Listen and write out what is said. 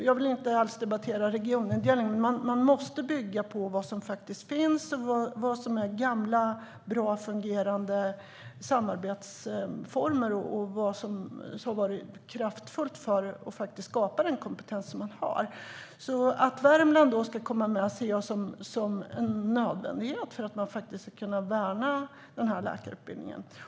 Jag vill inte alls debattera regionindelningen, men man måste bygga på vad som faktiskt finns, på gamla välfungerande samarbetsformer och på vad som varit kraftfullt för att skapa den kompetens som finns. Att Värmland ska komma med ser jag därför som en nödvändighet för att man ska kunna värna den här läkarutbildningen.